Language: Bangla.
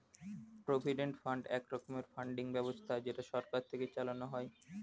প্রভিডেন্ট ফান্ড এক রকমের ফান্ডিং ব্যবস্থা যেটা সরকার থেকে চালানো হয়